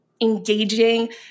engaging